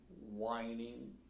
whining